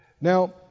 Now